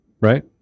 Right